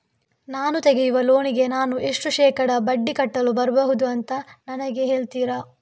ನಾನು ತೆಗಿಯುವ ಲೋನಿಗೆ ನಾನು ಎಷ್ಟು ಶೇಕಡಾ ಬಡ್ಡಿ ಕಟ್ಟಲು ಬರ್ಬಹುದು ಅಂತ ನನಗೆ ಹೇಳ್ತೀರಾ?